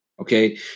Okay